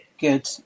good